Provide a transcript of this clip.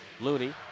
Looney